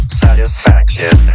satisfaction